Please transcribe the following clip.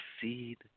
seed